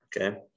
Okay